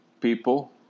people